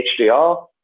HDR